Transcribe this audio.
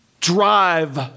drive